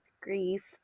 grief